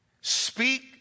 speak